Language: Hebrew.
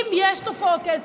אם יש תופעות כאלה,